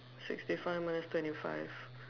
sixty five minus twenty five